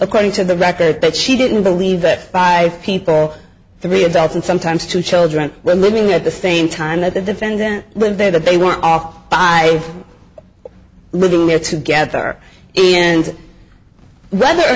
according to the record but she didn't believe that five people three adults and sometimes two children were living at the same time that the defendant lived there that they were off by living near together and whether or